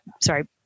sorry